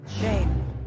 Shame